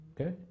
Okay